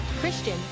Christian